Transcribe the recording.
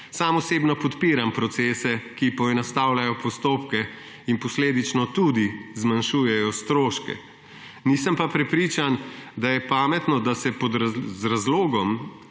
Sam osebno podpiram procese, ki poenostavljajo postopke in posledično tudi zmanjšujejo stroške, nisem pa prepričan, da je pametno, da se z razlogom